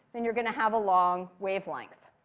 then you're going to have a long wavelength.